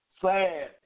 sad